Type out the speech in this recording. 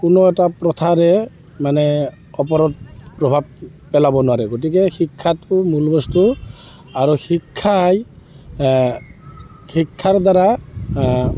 কোনো এটা প্ৰথাৰে মানে ওপৰত প্ৰভাৱ পেলাব নোৱাৰে গতিকে শিক্ষাটো মূল বস্তু আৰু শিক্ষাই শিক্ষাৰ দ্বাৰা